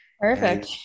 Perfect